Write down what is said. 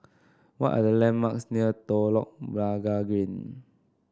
what are the landmarks near Telok Blangah Green